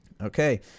Okay